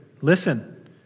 Listen